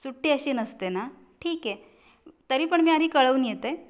सुट्टी अशी नसते ना ठीक आहे तरी पण मी आधी कळवून येते